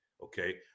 okay